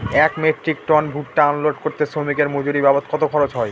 এক metric ton ভুট্টা unload করতে শ্রমিকের মজুরি বাবদ কত খরচ হয়?